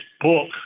book